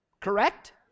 Correct